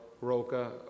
ROCA